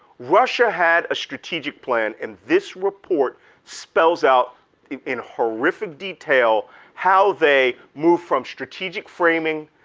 russia had a strategic plan and this report spells out in horrific detail how they moved from strategic framing,